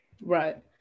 Right